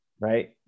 Right